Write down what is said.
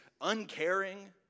uncaring